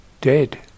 dead